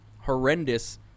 horrendous